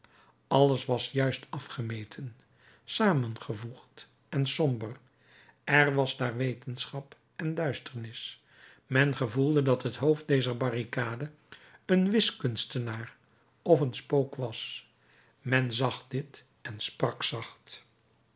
alles was juist afgemeten samengevoegd en somber er was daar wetenschap en duisternis men gevoelde dat het hoofd dezer barricade een wiskunstenaar of een spook was men zag dit en sprak zacht